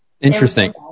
Interesting